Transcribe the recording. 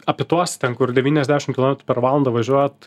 apie tuos ten kur devyniasdešim kilometrų per valandą važiuoja